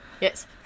Yes